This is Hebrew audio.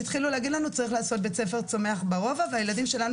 התחילו להגיד לנו שצריך להקים בית ספר צומח ברובע והילדים שלנו